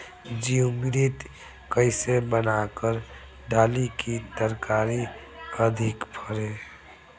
जीवमृत कईसे बनाकर डाली की तरकरी अधिक फरे?